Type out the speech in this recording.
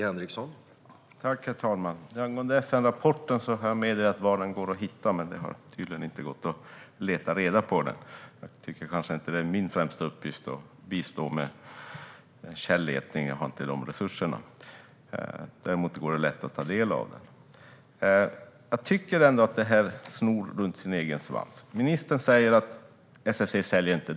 Herr talman! Jag har meddelat var FN-rapporten kan hittas, men det har tydligen inte gått att leta reda på den. Jag tycker kanske inte att det är min främsta uppgift att bistå med att leta i källor - jag har inte de resurserna. Däremot är det lätt att ta del av den. Jag tycker att den här debatten snor runt sin egen svans. Ministern säger att SSC inte säljer data.